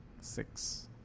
six